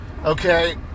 okay